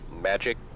magic